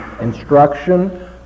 Instruction